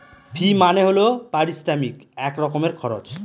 ফি মানে হল পারিশ্রমিক এক রকমের খরচ